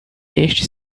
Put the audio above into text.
este